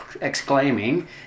exclaiming